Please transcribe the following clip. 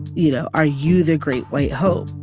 you know, are you the great white hope?